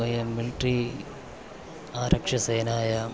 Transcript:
वयं मिल्ट्रि आरक्षसेनायां